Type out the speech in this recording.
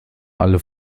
alle